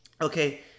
Okay